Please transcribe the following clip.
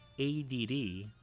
ADD